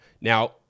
Now